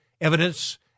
evidence